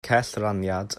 cellraniad